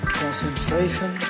concentration